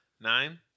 Nine